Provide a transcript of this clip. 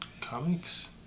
comics